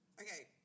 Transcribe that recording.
Okay